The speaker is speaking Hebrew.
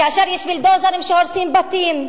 כאשר יש בולדוזרים שהורסים בתים,